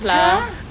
!huh!